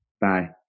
Bye